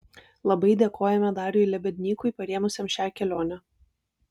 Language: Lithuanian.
labai dėkojame dariui lebednykui parėmusiam šią kelionę